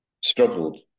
Struggled